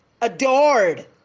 adored